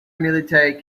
military